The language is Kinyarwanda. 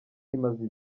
imaze